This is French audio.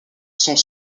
sont